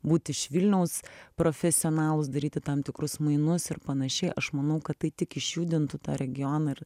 būti iš vilniaus profesionalūs daryti tam tikrus mainus ir panašiai aš manau kad tai tik išjudintų tą regioną ir